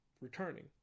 returning